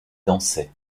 dansait